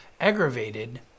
aggravated